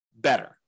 better